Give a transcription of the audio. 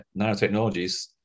nanotechnologies